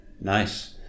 nice